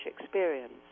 experience